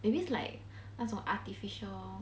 maybe it's like 那种 artificial